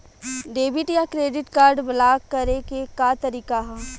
Debit या credit card block करे के का तरीका ह?